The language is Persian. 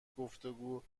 گفتگو